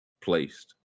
placed